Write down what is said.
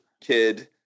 kid